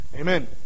amen